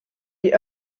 die